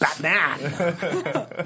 Batman